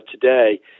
today